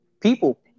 People